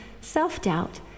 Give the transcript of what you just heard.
self-doubt